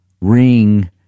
ring